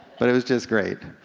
but it was just great.